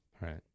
Right